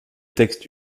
textes